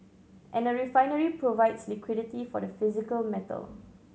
and a refinery provides liquidity for the physical metal